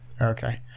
Okay